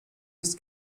ist